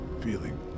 feeling